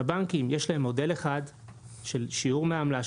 שלבנקים יש מודל אחד של שיעור מעמלה,